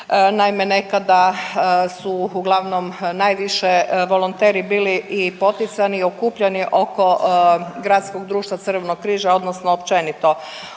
naime, nekada su uglavnom najviše volonteri bili i poticani i okupljani oko gradskog društva Crvenog križa, odnosno općenito